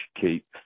keep